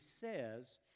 says